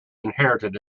inherited